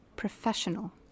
Professional